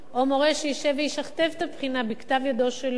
או מורה שישב וישכתב את הבחינה בכתב ידו שלו,